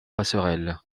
passerelle